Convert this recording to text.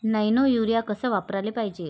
Nano urea कस वापराले पायजे?